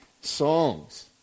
songs